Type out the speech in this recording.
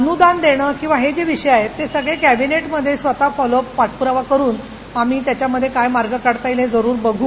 अनुदान देणं किंवा हे जे विषय आहेत ते सगळे कॅबिनेट मध्ये स्वतः पाठपुरावा करुन आम्ही त्याच्यामध्ये काय मार्ग काढता येईल हे जरुर बघू